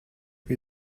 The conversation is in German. wie